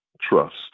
trust